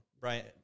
Brian